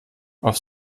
auf